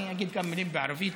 אני אגיד כמה מילים בערבית,